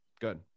Good